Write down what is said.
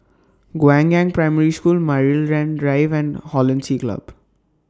Guangyang Primary School Maryland Drive and Hollandse Club